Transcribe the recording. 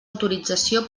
autorització